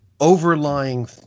overlying